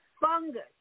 fungus